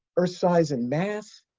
earth-sized in mass,